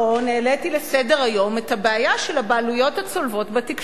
העליתי לסדר-היום את הבעיה של הבעלויות הצולבות בתקשורת,